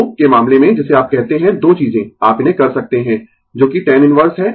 तो के मामले में जिसे आप कहते है दो चीजें आप इन्हें कर सकते है जोकि tan इनवर्स है